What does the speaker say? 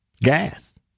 Gas